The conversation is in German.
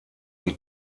die